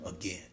again